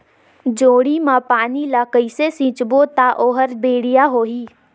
जोणी मा पानी ला कइसे सिंचबो ता ओहार बेडिया होही?